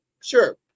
sure